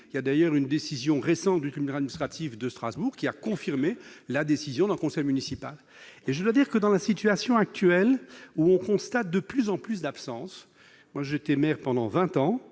il y a d'ailleurs une décision récente du une grande ministre sera-t-il de Strasbourg qui a confirmé la décision d'un conseil municipal et je dois dire que dans la situation actuelle où on constate de plus en plus d'absence, moi j'ai été maire pendant 20 ans